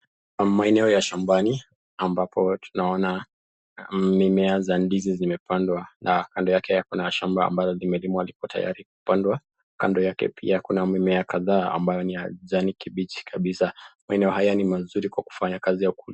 Maeneo ya shambani ambapo tunaona mimea za ndizi zimepandwa na kando yake kuna shamba ambalo limelimwa tayari kupanda. Kando yake pia kuna mimea kadhaa ambayo ni ya kijani kibichi maeneo haya ni mazuri kwa kufanya kazi ya kulima.